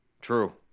True